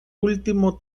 último